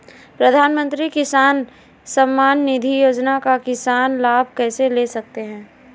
प्रधानमंत्री किसान सम्मान निधि योजना का किसान लाभ कैसे ले सकते हैं?